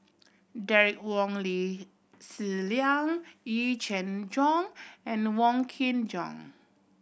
Derek Wong Lee Zi Liang Yee Jenn Jong and Wong Kin Jong